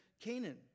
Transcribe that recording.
Canaan